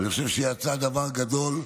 אני חושב שיצא דבר גדול,